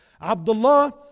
Abdullah